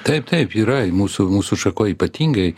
taip taip yra mūsų mūsų šakoj ypatingai